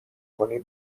کنی